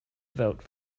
vote